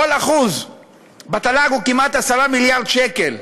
כל 1% בתל"ג הוא כמעט 10 מיליארד שקל,